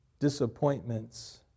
Disappointments